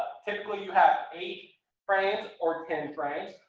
typically you have eight frames or ten frames.